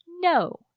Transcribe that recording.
no